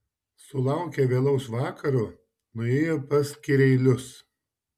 sulaukę vėlaus vakaro nuėjo pas kireilius